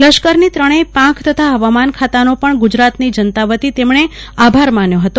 લશ્કરની ત્રણેય પાંખ તથા હવામાન ખાતાનો પણ ગુજરાતની જનતા વતી તેમણે આભાર માન્યો હતો